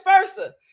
versa